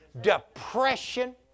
depression